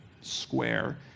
square